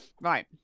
right